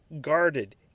guarded